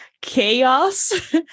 chaos